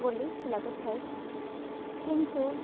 ବୋଲି ଲାଗୁ ଥାଏ କିନ୍ତୁ